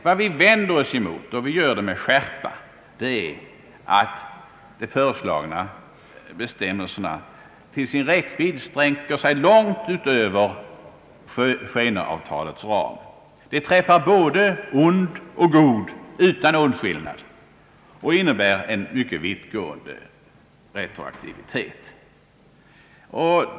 Vad vi med skärpa vänder oss mot är att de föreslagna bestämmelserna till sin räckvidd sträcker sig långt utöver skenavtalens ram. De träffar både ond och god utan åtskillnad och innebär en mycket vittgående retroaktivitet.